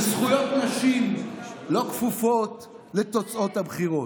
וזכויות נשים לא כפופות לתוצאות הבחירות.